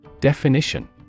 Definition